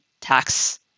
tax